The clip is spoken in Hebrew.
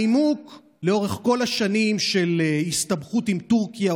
הנימוק לאורך כל השנים של הסתבכות עם טורקיה,